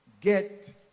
Get